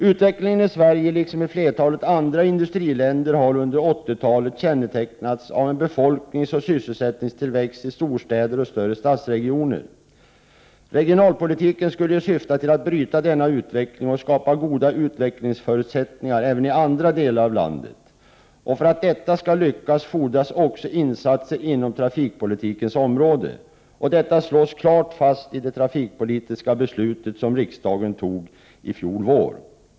Utvecklingen i Sverige liksom i flertalet andra industriländer har under 1980-talet kännetecknats av en befolkningsoch sysselsättningstillväxt i storstäder och större stadsregioner. Regionalpolitiken skulle syfta till att bryta denna utveckling och skapa goda utvecklingsförutsättningar även i andra delar av landet. För att detta skall lyckas fordras också insatser inom trafikpolitikens område. Detta slås klart fast i det trafikpolitiska beslut som riksdagen fattade i fjol vår.